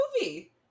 movie